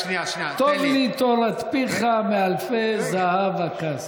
"טוב לי תורת פיך מאלפי זהב וכסף".